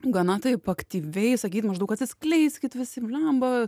gana taip aktyviai sakyt maždaug atsiskleiskit visi blemba